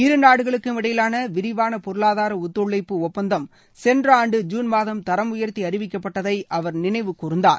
இருநாடுகளுக்கும் இடையிலான விரிவான பொருளாதார ஒத்துழைப்பு ஒப்பந்தம் சென்ற ஆண்டு ஜுன் மாதம் தரம் உயர்த்தி அறிவிக்கப்பட்டதை அவர் நினைவுக்கூர்ந்தார்